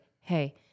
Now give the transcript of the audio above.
hey